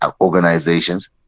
organizations